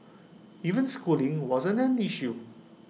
even schooling wasn't an issue